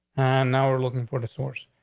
and now we're looking for the source.